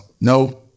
no